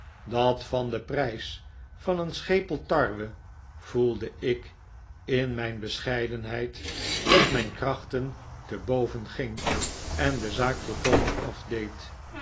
dat van den prijs van een schepel tarwe voelde ik in mijn bescheidenheid dat mijn krachten te boven ging en de zaak volkomen afdeed